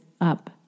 up